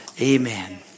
Amen